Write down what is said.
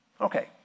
Okay